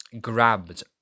grabbed